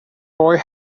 boy